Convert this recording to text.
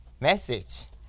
message